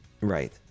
Right